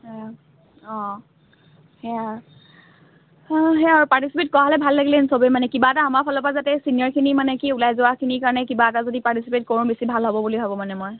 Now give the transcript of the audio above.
অঁ অঁ সেয়া সেয়া আৰু পাৰ্টিচিপেট কৰা হ'লে ভাল লাগিলে হেঁতেন চবে মানে কিবা এটা আমাৰফালৰপৰা যাতে চিনিয়ৰখিনি মানে কি ওলাই যোৱাখিনি কাৰণে কিবা এটা যদি পাৰ্টিচিপেট কৰোঁ বেছি ভাল হ'ব বুলি ভাবোঁ মানে মই